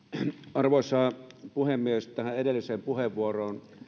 arvoisa puhemies tähän edelliseen puheenvuoroon